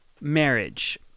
marriage